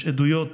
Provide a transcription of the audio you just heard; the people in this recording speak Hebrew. יש עדויות